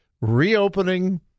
reopening